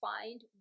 find